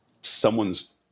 someone's